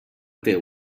teu